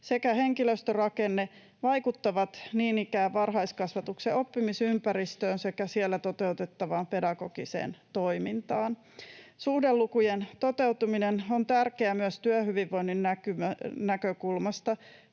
sekä henkilöstörakenne, vaikuttavat niin ikään varhaiskasvatuksen oppimisympäristöön sekä siellä toteutettavaan pedagogiseen toimintaan. Suhdelukujen toteutuminen on tärkeää myös työhyvinvoinnin näkökulmasta.